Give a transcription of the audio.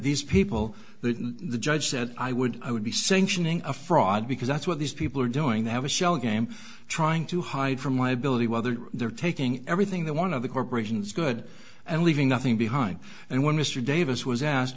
these people that the judge said i would i would be sanctioning a fraud because that's what these people are doing they have a shell game trying to hide from liability whether they're taking everything the one of the corporations good and leaving nothing behind and when mr davis was asked